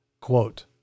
quote